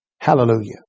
Hallelujah